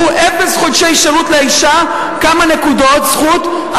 הוא, אפס חודשי שירות לאשה, כמה נקודות זכות?